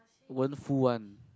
won't full one